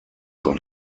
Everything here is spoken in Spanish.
con